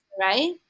right